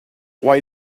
why